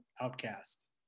outcast